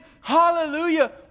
Hallelujah